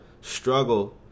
struggle